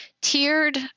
tiered